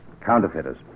Counterfeiters